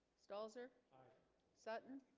stalls er sutton